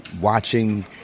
Watching